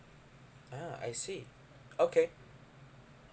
ah I see okay